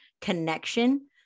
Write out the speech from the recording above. connection